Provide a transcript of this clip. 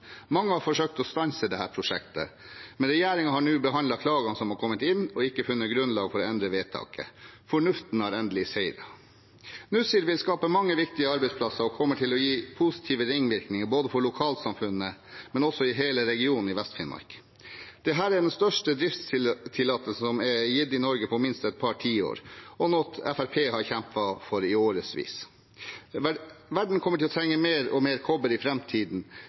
Mange har forsøkt å stanse dette prosjektet, men regjeringen har nå behandlet klagene som har kommet inn, og ikke funnet grunnlag for å endre vedtaket. Fornuften har endelig seiret. Nussir vil skape mange viktige arbeidsplasser og kommer til å gi positive ringvirkninger både for lokalsamfunnet og for hele regionen i Vest-Finnmark. Dette er den største driftstillatelsen som er gitt i Norge på minst et par tiår, og noe Fremskrittspartiet har kjempet for i årevis. Verden kommer til å trenge mer og mer kobber i